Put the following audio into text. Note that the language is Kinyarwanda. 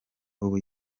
ubu